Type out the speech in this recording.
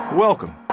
Welcome